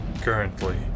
Currently